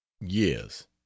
yes